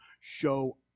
show